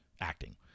acting